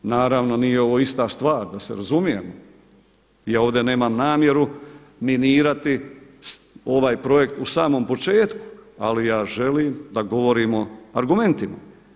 Naravno nije ovo ista stvar da se razumijemo, ja ovdje nemam namjeru minirati ovaj projekt u samom početku, ali ja želim da govorimo argumentima.